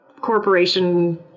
corporation